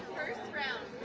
first round